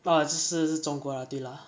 oh 就是是中国 lah 对 lah